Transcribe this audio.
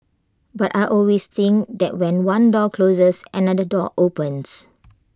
but I always think that when one door closes another door opens